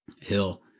Hill